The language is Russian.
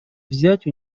взять